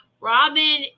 Robin